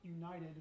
united